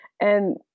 And-